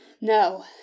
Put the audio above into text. No